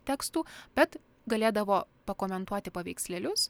tekstų bet galėdavo pakomentuoti paveikslėlius